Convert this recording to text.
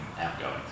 outgoing